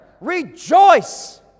rejoice